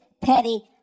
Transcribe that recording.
Petty